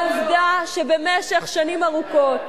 העובדה שבמשך שנים ארוכות